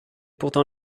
pourtant